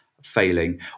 failing